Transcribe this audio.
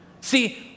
See